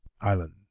Island